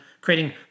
creating